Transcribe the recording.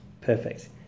Perfect